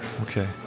Okay